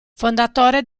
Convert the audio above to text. fondatore